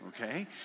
okay